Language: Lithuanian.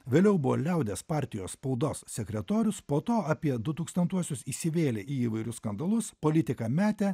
vėliau buvo liaudies partijos spaudos sekretorius po to apie du tūkstantuosius įsivėlė į įvairius skandalus politiką metė